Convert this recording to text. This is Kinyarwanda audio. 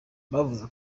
bavuze